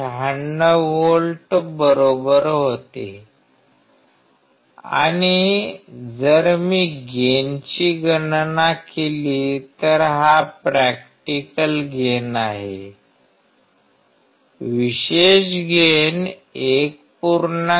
96 volt बरोबर होते आणि जर मी गेनची गणना केली तर हा प्रॅक्टिकल गेन आहे विशेष गेन 1